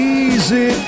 easy